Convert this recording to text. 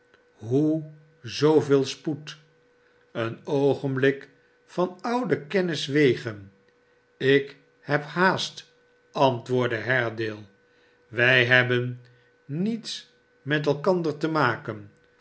shoe zooveel spoed een oogenblik van oude kennis wege ikhebhaast antwoordde haredale wij hebben niets met elkander te maken